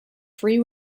free